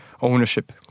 ownership